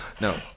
No